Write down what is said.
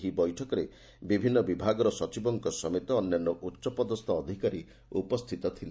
ଏହି ବୈଠକରେ ବିଭିନୁ ବିଭାଗର ସଚିବଙ୍କ ସମେତ ଅନ୍ୟାନ୍ୟ ଉଚ୍ଚପଦସ୍ ପଦାଧିକାରୀ ଉପସ୍ତିତ ଥିଲେ